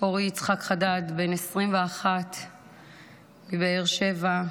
אורי יצחק חדד, בן 21 מבאר שבע,